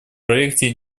проекте